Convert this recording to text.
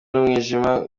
n’umwijima